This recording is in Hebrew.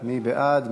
מי בעד?